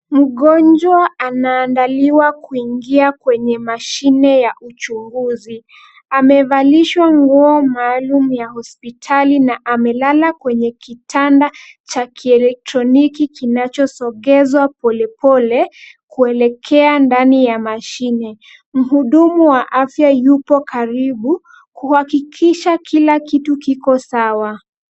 Mgonjwa anaandaliwa kuingia kwenye mashine ya uchunguzi. Amevalishwa nguo maalum ya hospitali na amelala kwenye kitanda cha kielektroniki kinachosongeshwa polepole, kuelekea ndani ya mashine. Mhudumu wa afya yupo karibu kuhakikisha kila kitu kiko sawa.